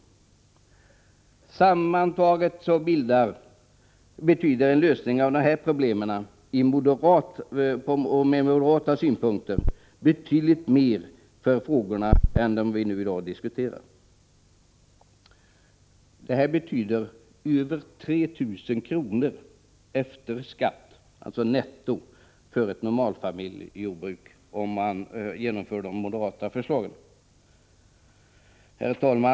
En lösning av problemen på de områden som jag här har nämnt betyder sammantaget mer, enligt moderat synpunkt, än de frågor vi i dag diskuterar. Det betyder över 3 000 kr. efter skatt, dvs. netto, för ett normalt familjejordbruk om man genomför det moderata förslaget. Herr talman!